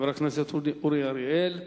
חבר הכנסת אורי אריאל,